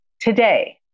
Today